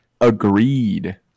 agreed